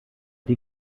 die